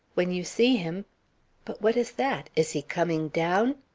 when you see him but what is that? is he coming down?